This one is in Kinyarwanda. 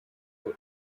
ngo